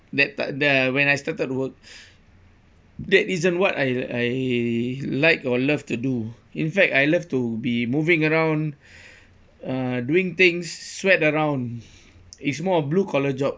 that the when I started work that isn't what I I like or love to do in fact I love to be moving around uh doing things sweat around is more of blue collar job